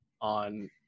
on